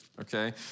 okay